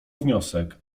wniosek